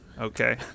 okay